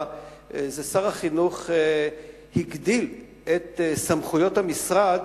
היא ששר החינוך הגדיל את סמכויות המשרד